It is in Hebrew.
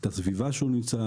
את הסביבה שהוא נמצא,